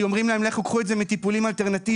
אומרים להם שייקחו את זה מטיפולים אלטרנטיביים,